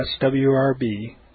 swrb